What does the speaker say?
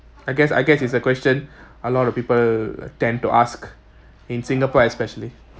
I guess I guess it's a question a lot of people tend to ask in singapore especially